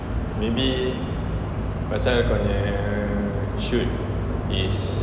maybe pasal kau nya shoot is siang